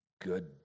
good